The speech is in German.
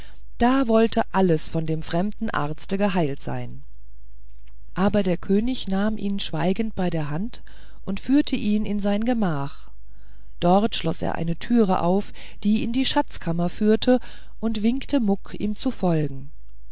da wollte alles von dem fremden arzte geheilt sein aber der könig nahm ihn schweigend bei der hand und führte ihn in sein gemach dort schloß er eine türe auf die in die schatzkammer führte und winkte muck ihm zu folgen